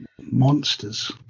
monsters